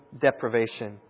deprivation